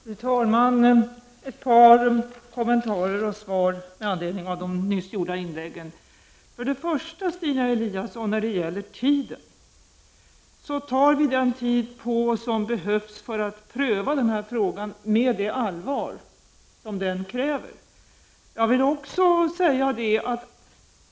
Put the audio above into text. Fru talman! Ett par kommentarer och svar med anledning av de nyss gjorda inläggen. Först några ord till Stina Eliasson när det gäller tiden. Vi tar den tid på oss som behövs för att pröva den här frågan med det allvar som den kräver.